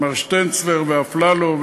שטנצלר ואפללו,